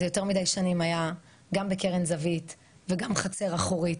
זה יותר מידי שנים היה גם בקרן זווית וגם חצר אחורית.